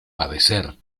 padecer